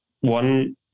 one